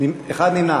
התשע"ג 2013,